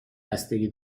بستگی